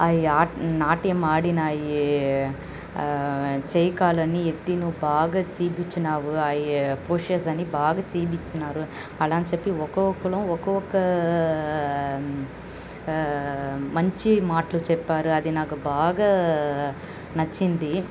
అవి ఆ నాట్యం ఆడినవి చెయ్యి కాలుఅన్నీ ఎత్తి నువ్వు బాగా చూపించినావు అయి పోచర్స్ అన్నీ బాగా చూపించినారు అలా అని చెప్పి ఒకోకళ్ళు ఒకొక్క మంచి మాటలు చెప్పారు అది నాకు బాగా నచ్చింది